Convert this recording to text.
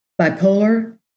bipolar